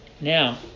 Now